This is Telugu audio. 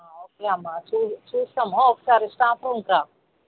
ఓకే అమ్మా చూ చూస్తాము ఒకసారి స్టాఫ్ రూమ్కి రా